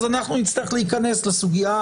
אז אנחנו נצטרך להיכנס לסוגיה